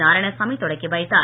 நாராயணசாமி தொடக்கி வைத்தார்